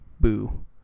boo